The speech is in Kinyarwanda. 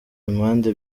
impande